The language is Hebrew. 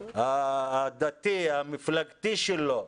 הדתי, המפלגתי שלו,